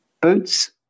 boots